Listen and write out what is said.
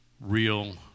Real